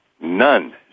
None